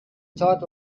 thought